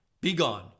Begone